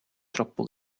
troppo